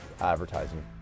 advertising